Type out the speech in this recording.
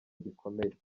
gikomeye